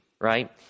right